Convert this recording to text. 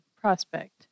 prospect